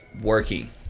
working